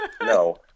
no